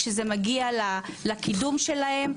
כשזה מגיע לקידום שלהם,